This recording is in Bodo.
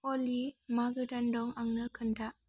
अलि मा गोदान दं आंनो खोन्था